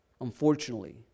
Unfortunately